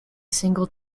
single